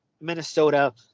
Minnesota